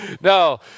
No